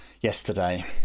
yesterday